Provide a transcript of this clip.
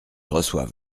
reçoive